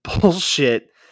Bullshit